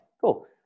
cool